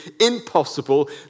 impossible